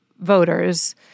voters